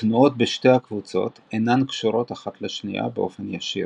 התנועות בשתי הקבוצות אינן קשורות אחת לשנייה באופן ישיר.